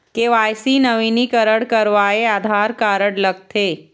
KYC नवीनीकरण करवाये Aadhaar card लगथे?